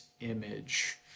image